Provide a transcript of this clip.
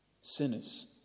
sinners